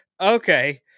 okay